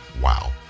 Wow